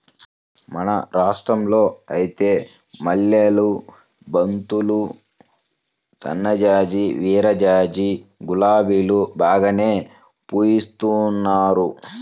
మన రాష్టంలో ఐతే మల్లెలు, బంతులు, సన్నజాజి, విరజాజి, గులాబీలు బాగానే పూయిత్తున్నారు